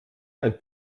ein